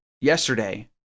yesterday